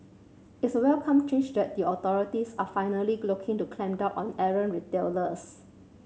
it's a welcome change that the authorities are finally looking to clamp down on errant retailers